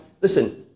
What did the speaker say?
listen